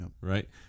right